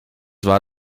war